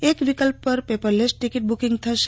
એક વિકલ્પ પર પેપરલેસ ટિકિટ બુકીંગ થશે